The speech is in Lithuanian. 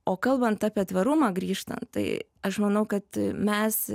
o kalbant apie tvarumą grįžtant tai aš manau kad mes